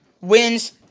wins